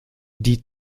die